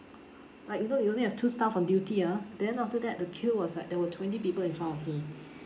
like you know you only have two staff on duty ah then after that the queue was like there were twenty people in front of me